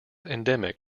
endemic